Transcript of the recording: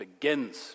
begins